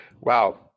Wow